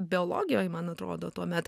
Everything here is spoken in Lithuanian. biologijoj man atrodo tuomet